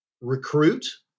recruit